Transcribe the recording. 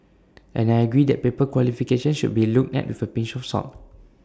and I agree that paper qualifications should be looked at with A pinch of salt